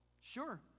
Sure